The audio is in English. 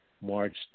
March